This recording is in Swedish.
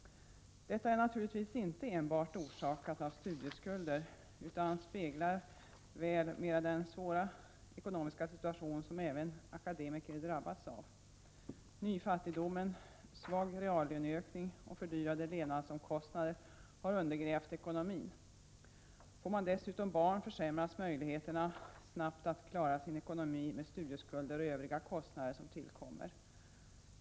Detta är naturligtvis inte enbart orsakat av studieskulder utan speglar väl mera den svåra ekonomiska situation som även akademiker drabbas av. Nyfattigdomen, svag reallöneökning och höjda levnadsomkostnader har undergrävt ekonomin. Får man dessutom barn försämras möjligheterna snabbt att klara ekonomin med studieskulder och övriga kostnader som tillkommer.